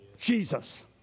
Jesus